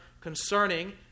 concerning